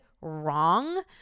wrong